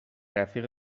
رفیق